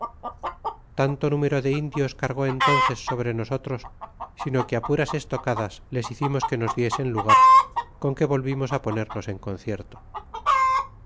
tanto número de indios cargó entónces sobre nosotros sino que a puras estocadas les hicimos que nos diesen lugar con que volvimos á ponernos en concierto